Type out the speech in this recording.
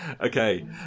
Okay